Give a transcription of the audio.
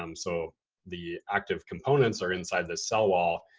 um so the active components are inside the cell wall.